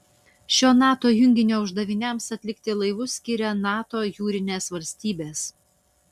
šio nato junginio uždaviniams atlikti laivus skiria nato jūrinės valstybės